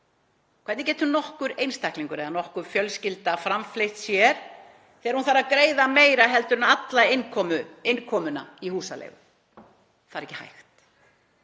Hvernig getur nokkur einstaklingur eða nokkur fjölskylda framfleytt sér þegar hún þarf að greiða meira heldur en alla innkomuna í húsaleigu? Það er ekki hægt.